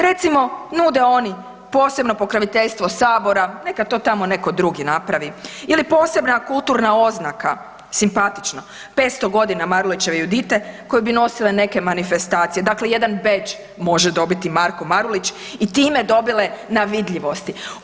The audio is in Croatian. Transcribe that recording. Recimo nude oni posebno pokroviteljstvo Sabora, neka to tamo neko drugi napravi ili posebna kulturna oznaka, simpatično 500 godina Marulićeve „Judite“ koje bi nosile neke manifestacije, dakle jedan bedž može dobiti Marko Marulić i time dobile na vidljivosti.